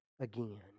again